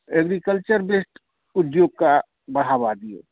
agriculture based उद्योग कऽ बढ़ावा दियौ